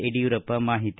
ಯಡಿಯೂರಪ್ಪ ಮಾಹಿತಿ